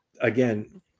again